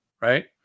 right